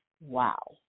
wow